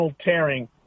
tearing